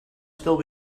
still